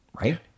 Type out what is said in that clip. right